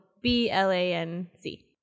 B-L-A-N-C